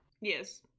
Yes